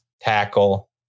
tackle